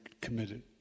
committed